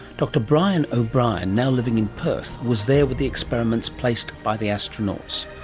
dr brian o'brien, now living in perth, was there with the experiments placed by the astronauts,